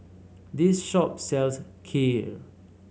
this shop sells Kheer